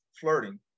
flirting